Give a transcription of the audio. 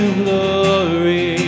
glory